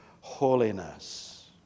holiness